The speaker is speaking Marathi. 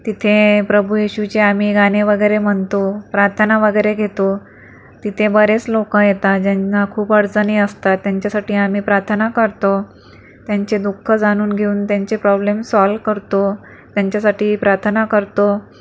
तिथे प्रभू येशूचे आम्ही गाणे वगैरे म्हणतो प्रार्थना वगैरे घेतो तिथे बरेच लोकं येतात ज्यांना खूप अडचणी असतात त्यांच्यासाठी आम्ही प्रार्थना करतो त्यांचे दुःख जाणून घेऊन त्यांचे प्रोबलेम सॉल्व करतो त्यांच्यासाठी प्रार्थना करतो